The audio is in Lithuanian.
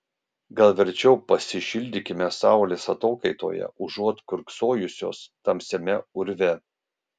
gal verčiau pasišildykime saulės atokaitoje užuot kiurksojusios tamsiame urve